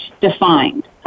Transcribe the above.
defined